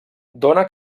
dóna